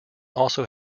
also